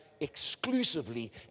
exclusively